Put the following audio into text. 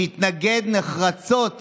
שהתנגד נחרצות